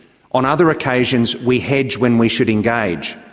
on other occasions we hedge when we should engage.